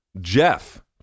Jeff